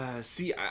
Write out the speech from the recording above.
see